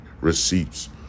receipts